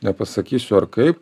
nepasakysiu ar kaip